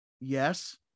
Yes